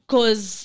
Cause